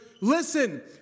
listen